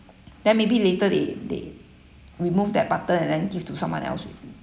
then maybe later they they remove that button and then give to someone else already